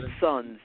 sons